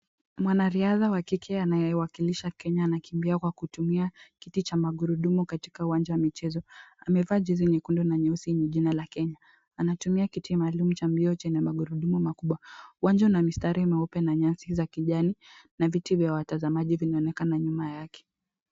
Mwanariadha wa kike anayewakilisha Kenya anakimbia kwa kutumia kiti cha magurudumu katika uwanja wa michezo . Amevaa jezi nyekundu na nyeusi yenye jina la Kenya. Anatumia kiti maalum cha mbio chenye magurudumu makubwa. Uwanja una mistari meupe na nyasi za kijani na viti vya watazamaji vinaonekana nyuma yake.